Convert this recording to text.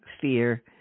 fear